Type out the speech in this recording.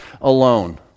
alone